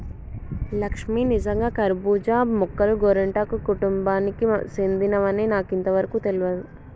లక్ష్మీ నిజంగా కర్బూజా మొక్కలు గోరింటాకు కుటుంబానికి సెందినవని నాకు ఇంతవరకు తెలియదు